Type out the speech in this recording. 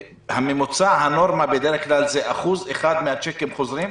הממוצע, הנורמה בדרך כלל זה 1% מהצ'קים חוזרים?